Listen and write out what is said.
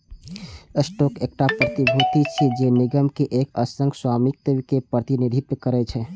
stock एकटा प्रतिभूति छियै, जे निगम के एक अंशक स्वामित्व के प्रतिनिधित्व करै छै